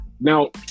Now